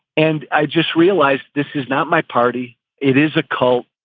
and i just realized this is not my party it is a cult.